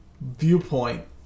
viewpoint